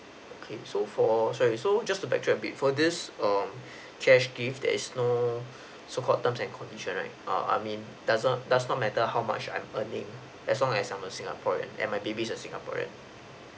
okay so for sorry so just to back a bit for this um cash gift there is no so called terms and conditions right err I mean doesn't does not matter how much I'm earning as long as I'm a singaporean and my baby is a singaporean